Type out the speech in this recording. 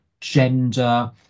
gender